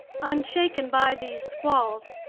unshaken by these squalls,